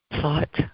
thought